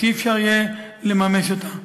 שאי-אפשר יהיה לממש אותה.